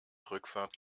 rückfahrt